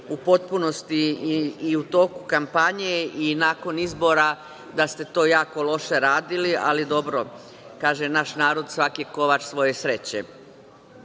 u potpunosti i u toku kampanje i nakon izbora da ste to jako loše radili, ali dobro, kaže naš narod – svako je kovač svoje sreće. Ono